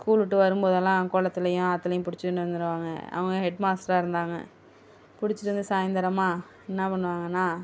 school விட்டு வரும்போதெலாம் குளத்துலயும் ஆற்றுலயும் பிடுச்சின்னு வந்துடுவாங்க அவங்க ஹெட் மாஸ்ட்டராக இருந்தாங்க பிடுச்சிட்டு வந்து சாய்ந்திரமா என்ன பண்ணுவாங்கனால்